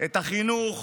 את החינוך,